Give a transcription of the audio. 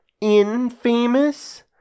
infamous